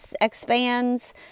expands